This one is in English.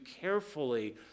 carefully